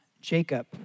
Jacob